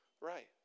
Right